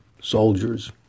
soldiers